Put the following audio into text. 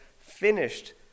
finished